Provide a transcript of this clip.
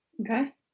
Okay